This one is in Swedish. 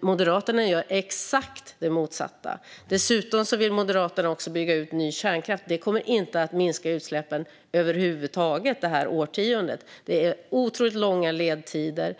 Moderaterna gör exakt det motsatta. Dessutom vill Moderaterna bygga ut ny kärnkraft. Det kommer över huvud taget inte att minska utsläppen under det här årtiondet. Det handlar om otroligt långa ledtider.